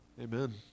Amen